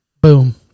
Boom